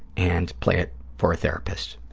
and play it for a therapist,